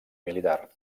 militar